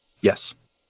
Yes